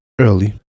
early